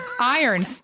Iron